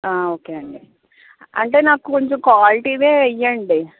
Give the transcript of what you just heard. okay అండి అంటే నాకు కొంచెం క్వాలిటీవే వేయండి